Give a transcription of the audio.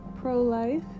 pro-life